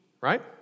right